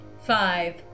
Five